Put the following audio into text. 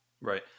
Right